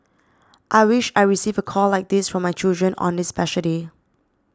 I wish I receive a call like this from my children on this special day